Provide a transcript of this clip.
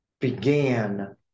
began